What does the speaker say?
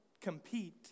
compete